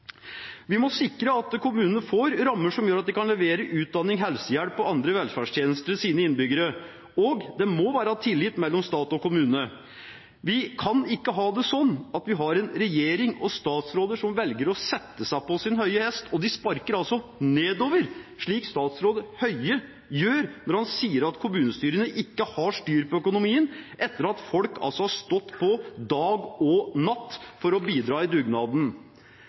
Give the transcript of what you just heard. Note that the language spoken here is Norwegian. Vi må sikre at kommunene får rammer som gjør at de kan levere utdanning, helsehjelp og andre velferdstjenester til sine innbyggere, og det må være tillit mellom stat og kommune. Vi kan ikke ha det sånn at vi har en regjering og statsråder som velger å sette seg på sin høye hest og sparke nedover, slik statsråd Høie gjør når han sier at kommunestyrene ikke har styr på økonomien, etter at folk har stått på dag og natt for å bidra i dugnaden.